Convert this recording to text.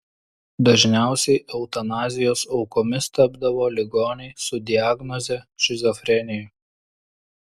dažniausiai eutanazijos aukomis tapdavo ligoniai su diagnoze šizofrenija